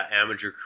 amateur